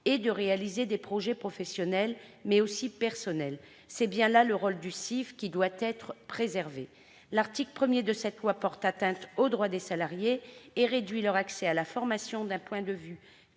et de concrétiser des projets non seulement professionnels, mais aussi personnels. C'est bien là le rôle du CIF, et il doit être préservé. L'article 1 de ce projet de loi porte atteinte aux droits des salariés. Il réduit leur accès à la formation d'un point de vue